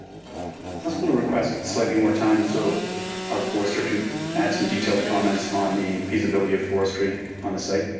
possible to request slightly more time. so our forester can add some detailed comments on the feasibility of forestry on the site,